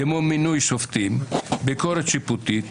כמו מינוי שופטים, ביקורת שיפוטית,